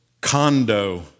condo